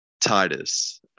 Titus